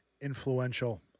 Influential